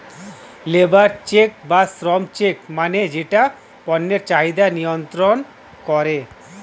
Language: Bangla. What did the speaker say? লেবর চেক্ বা শ্রম চেক্ মানে যেটা পণ্যের চাহিদা নিয়ন্ত্রন করে